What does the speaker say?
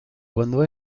cuando